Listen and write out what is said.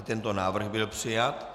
I tento návrh byl přijat.